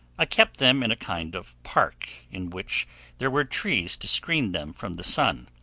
i kept them in a kind of park, in which there were trees to screen them from the sun.